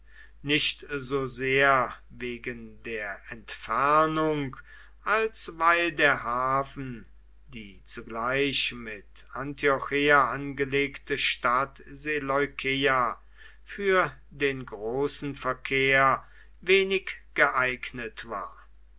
nicht so sehr wegen der entfernung als weil der hafen die zugleich mit antiocheia angelegte stadt seleukeia für den großen verkehr wenig geeignet war